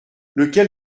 lequel